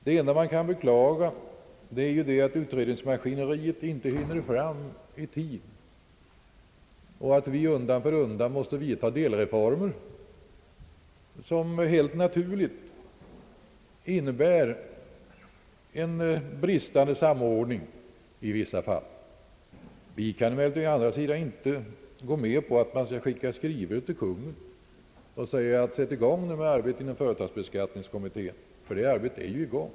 Det enda man kan beklaga är att utredningsmaskineriet inte hinner fram i tid, vilket innehär att vi undan för undan måste vidtaga delreformer som helt naturligt medför en bristande samordning i vissa fall. Vi kan emellertid inte gå med på att riksdagen skall rikta skrivelser till Kungl. Maj:t med uppmaningar att sätta i gång med arbetet inom företagsbeskattningskommittén, ty detta arbete pågår ju redan.